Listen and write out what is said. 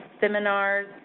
seminars